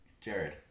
Jared